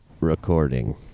Recording